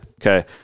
Okay